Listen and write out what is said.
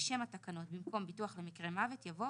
בשם התקנות במקום ביטוח למקרה מוות יבוא